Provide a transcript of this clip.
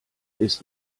ist